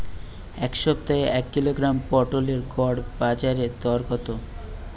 এ সপ্তাহের এক কিলোগ্রাম পটলের গড় বাজারে দর কত?